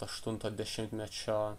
aštunto dešimtmečio